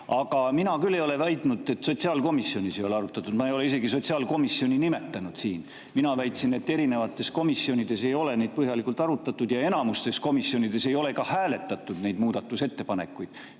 Aga mina küll ei ole väitnud, et sotsiaalkomisjonis ei ole [eelnõusid] arutatud. Ma ei ole isegi sotsiaalkomisjoni nimetanud siin. Mina väitsin, et erinevates komisjonides ei ole neid põhjalikult arutatud ja enamikus komisjonides ei ole ka hääletatud neid muudatusettepanekuid.